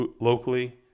locally